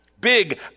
Big